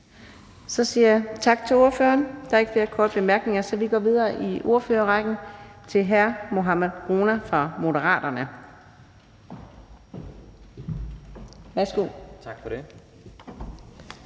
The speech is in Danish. Adsbøl): Tak til ordføreren. Der er ikke flere korte bemærkninger, så vi går videre i ordførerrækken til hr. Jeppe Søe fra Moderaterne. Kl. 19:11